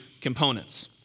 components